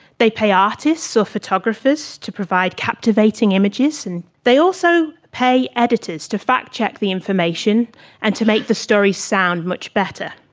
they pay artists or photographers to provide captivating images and they also pay editors to fact check the information and make the story sound much better.